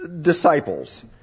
disciples